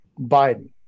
Biden